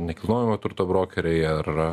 nekilnojamo turto brokeriai ar